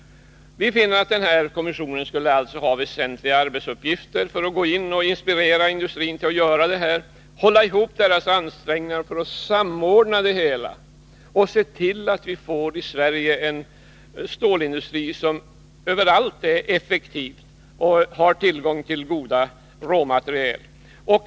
Vi finner alltså att kommissionen skulle ha som väsentliga arbetsuppgifter att inspirera industrin till satsningar, att hålla ihop och samordna företagens ansträngningar och att se till att vi i Sverige får en stålindustri som överallt är effektiv och har tillgång till goda råmaterial.